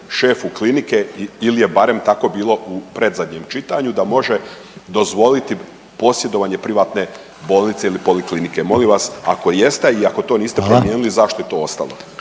šefu klinike ili je barem tako bilo u predzadnjem čitanju da može dozvoliti posjedovanje privatne bolnice i poliklinike. Molim vas ako jeste i ako to niste promijenili zašto je to ostalo?